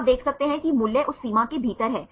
तो आप देख सकते हैं कि मूल्य उस सीमा के भीतर हैं